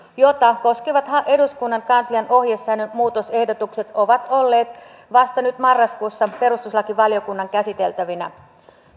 jota koskevat eduskunnan kanslian ohjesäännön muutosehdotukset ovat olleet vasta nyt marraskuussa perustuslakivaliokunnan käsiteltävinä